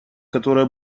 которая